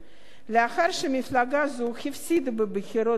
לאחר שמפלגה זו הפסידה בבחירות לכנסת